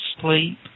sleep